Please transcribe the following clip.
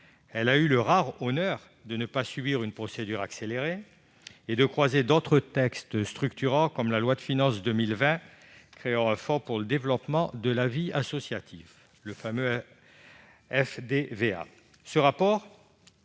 loi a eu le rare honneur de ne pas subir une procédure accélérée et de croiser d'autres textes structurants, comme la loi de finances pour 2020 créant un Fonds pour le développement de la vie associative, le fameux FDVA.